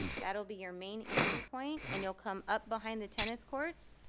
that'll be your main entry point. and you'll come up behind the tennis courts